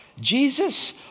Jesus